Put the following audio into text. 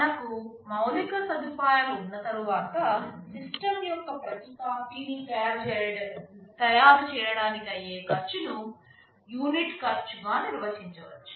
మనకు మౌలిక సదుపాయాలు ఉన్న తరువాత సిస్టమ్ యొక్క ప్రతి కాపీని తయారుచేయడానికి అయ్యే ఖర్చును యూనిట్ ఖర్చుగా నిర్వచించవచ్చు